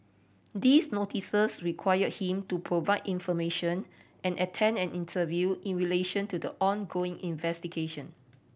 these notices require him to provide information and attend an interview in relation to the ongoing investigation